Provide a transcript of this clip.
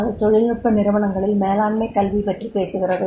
அது தொழில்நுட்ப நிறுவனங்களில் மேலாண்மை கல்வி பற்றி பேசுகிறது